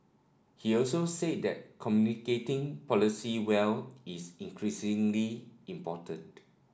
he also said that communicating policy well is increasingly important